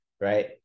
Right